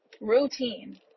Routine